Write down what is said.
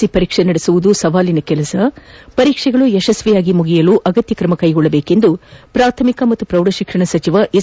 C ಪರೀಕ್ಷೆ ನಡೆಸುವುದು ಸವಾಲಿನ ಕೆಲಸವಾಗಿದ್ದು ಪರೀಕ್ಷೆಗಳು ಯಶಸ್ವಿಯಾಗಿ ಮುಗಿಯಲು ಅಗತ್ಯ ಕ್ರಮ ಕೈಗೊಳ್ಳಬೇಕೆಂದು ಪ್ರಾಥಮಿಕ ಮತ್ತು ಪ್ರೌಢ ಶಿಕ್ಷಣ ಸಚಿವ ಎಸ್